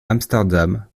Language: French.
amsterdam